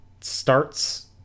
starts